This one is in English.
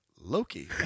Loki